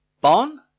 barn